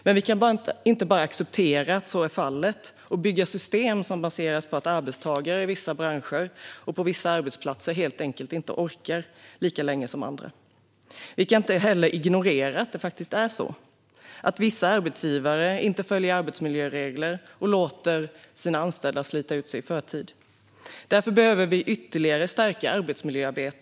Men vi kan inte bara acceptera att så är fallet och bygga system som baseras på att arbetstagare i vissa branscher eller på vissa arbetsplatser helt enkelt inte orkar arbeta lika länge som andra. Vi kan inte heller ignorera att vissa arbetsgivare inte följer arbetsmiljöregler och låter anställda slita ut sig i förtid. Därför behöver vi ytterligare stärka arbetsmiljöarbetet.